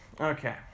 Okay